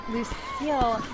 Lucille